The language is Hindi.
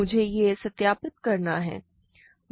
मुझे यह सत्यापित करना है